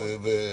חודש.